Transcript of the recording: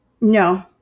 No